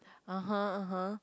(uh huh) (uh huh)